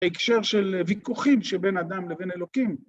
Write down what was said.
הקשר של ויכוחים שבין אדם לבין אלוקים.